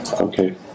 Okay